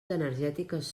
energètiques